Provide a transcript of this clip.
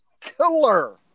killer